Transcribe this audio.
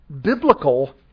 biblical